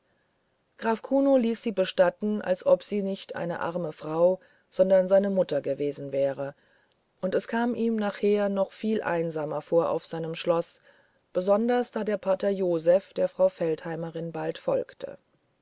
graf kuno ließ sie bestatten als ob sie nicht eine arme frau sondern seine mutter gewesen wäre und es kam ihm nachher noch viel einsamer vor auf seinem schloß besonders da der pater joseph der frau feldheimerin bald folgte